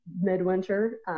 Midwinter